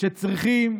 שצריכים